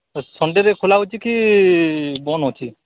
ସନଡ଼େରେ ଖୁଲା ହେଉଛି କି ବନ୍ଦ ଅଛି